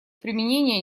применения